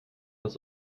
das